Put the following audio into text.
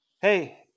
Hey